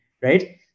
right